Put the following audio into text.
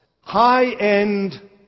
high-end